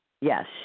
Yes